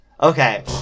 Okay